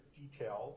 detail